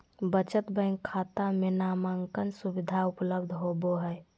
बचत बैंक खाता में नामांकन सुविधा उपलब्ध होबो हइ